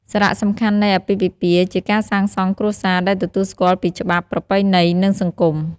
សារៈសំខាន់នៃអាពាហ៍ពិពាហ៍ជាការសាងសង់គ្រួសារដែលទទួលស្គាល់ពីច្បាប់ ប្រពៃណី និងសង្គម។